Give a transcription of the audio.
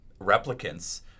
replicants